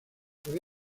puede